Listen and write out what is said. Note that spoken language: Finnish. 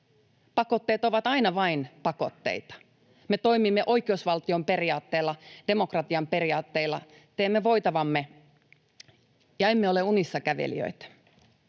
Pakotteet ovat aina vain pakotteita. Me toimimme oikeusvaltion periaatteella, demokratian periaatteilla, teemme voitavamme ja emme ole unissakävelijöitä.